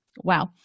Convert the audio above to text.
Wow